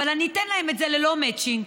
אבל אני אתן להם את זה ללא מצ'ינג,